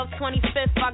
25th